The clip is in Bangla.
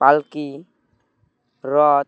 পালকি রথ